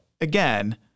again